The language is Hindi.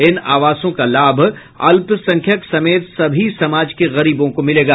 इन आवासों का लाभ अल्पसंख्यक समेत सभी समाज के गरीबों को मिलेगा